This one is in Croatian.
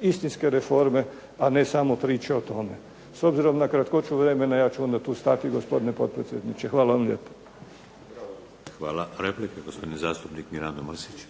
istinske reforme a ne samo priče o tome. S obzirom na kakvoću vremena ja ću onda tu stati gospodine potpredsjedniče. Hvala vam lijepa. **Šeks, Vladimir (HDZ)** Replika, gospodin zastupnik Mirando Mrsić.